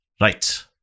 Right